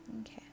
okay